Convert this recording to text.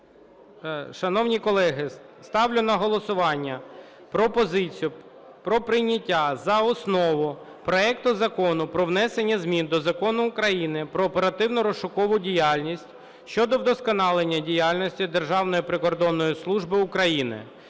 Шановні колеги, ставлю на голосування пропозицію про прийняття за основу проекту Закону про внесення змін до Закону України "Про оперативно-розшукову діяльність" щодо вдосконалення діяльності Державної прикордонної служби України